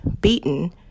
beaten